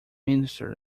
minister